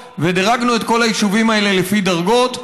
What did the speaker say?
ודירגנו את כל היישובים האלה לפי דרגות,